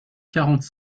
quarante